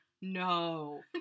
no